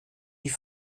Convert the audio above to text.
die